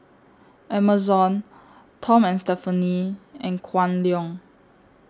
Amazon Tom and Stephanie and Kwan Loong